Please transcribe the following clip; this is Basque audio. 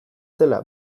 zela